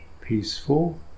peaceful